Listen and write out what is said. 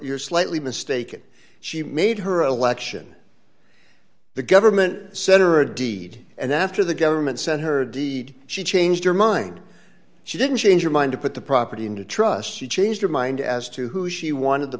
you're slightly mistaken she made her election the government set or a deed and after the government sent her deed she changed her mind she didn't change her mind to put the property into trusts she changed her mind as to who she wanted the